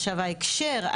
עכשיו ההקשר,